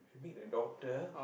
meet the doctor